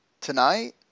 tonight –